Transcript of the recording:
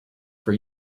for